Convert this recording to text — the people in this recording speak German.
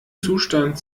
zustand